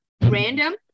random